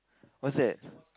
what's that